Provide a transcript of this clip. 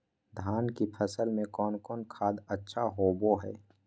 धान की फ़सल में कौन कौन खाद अच्छा होबो हाय?